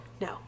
no